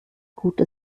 gute